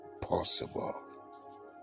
possible